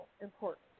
important